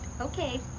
okay